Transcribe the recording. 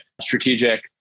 strategic